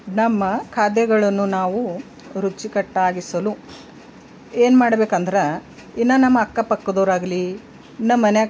ನಮ್ಮ ಖಾದ್ಯಗಳನ್ನು ನಾವು ರುಚಿಕಟ್ಟಾಗಿಸಲು ಏನು ಮಾಡ್ಬೇಕಂದ್ರೆ ಇನ್ನು ನಮ್ಮ ಅಕ್ಕ ಪಕ್ಕದೊರಾಗಲಿ ನಮ್ಮ ಮನೆಯಾಗ